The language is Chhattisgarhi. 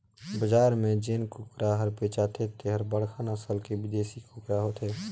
बजार में जेन कुकरा हर बेचाथे तेहर बड़खा नसल के बिदेसी कुकरा होथे